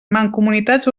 mancomunitats